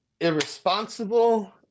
irresponsible